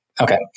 Okay